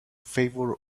favor